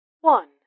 one